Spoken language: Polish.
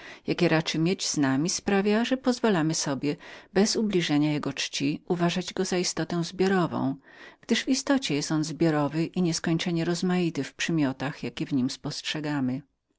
jakie raczy mieć z nami sprawia że pozwalamy sobie bez ubliżania jego czci uważać go za istotę zbiorową gdyż w istocie jest on zbiorowym i nieskończenie rozmaitym w przymiotach jakie w nim spostrzegamy